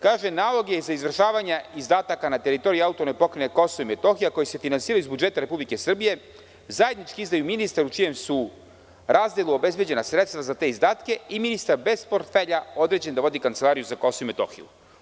Kaže: „Naloge za izvršavanje izdataka na teritoriji AP Kosova i Metohije koji se finansiraju iz budžeta Republike Srbije zajednički izdaju ministar u čijem su razdelu obezbeđena sredstva za te izdatke, i ministar bez portfelja određen da vodi Kancelariju za Kosovo i Metohiju“